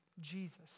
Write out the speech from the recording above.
Jesus